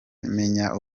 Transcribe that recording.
menya